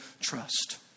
trust